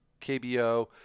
KBO